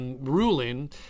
ruling